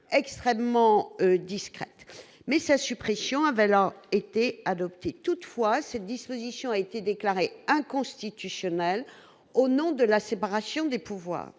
extrêmement discret mais sa suppression avait alors été adopté, toutefois, cette disposition a été déclarée inconstitutionnelle au nom de la séparation des pouvoirs,